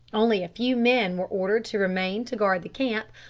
only a few men were ordered to remain to guard the camp,